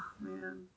man